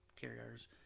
carriers